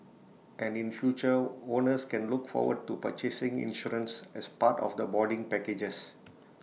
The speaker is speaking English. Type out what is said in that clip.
and in future owners can look forward to purchasing insurance as part of the boarding packages